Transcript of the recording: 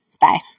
Bye